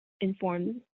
informed